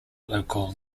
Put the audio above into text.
local